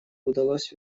удалось